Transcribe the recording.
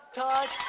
touch